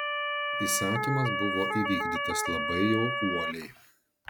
įsakymas buvo įvykdytas labai jau uoliai